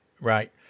Right